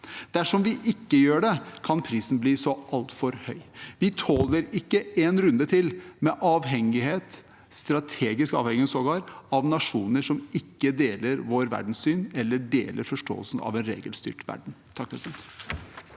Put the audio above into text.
Dersom vi ikke gjør det, kan prisen bli så altfor høy. Vi tåler ikke en runde til med avhengighet – strategisk avhengighet, sågar – av nasjoner som ikke deler vårt verdenssyn eller forståelsen av en regelstyrt verden.